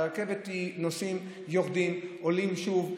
הרי ברכבת נוסעים, יורדים, עולים שוב.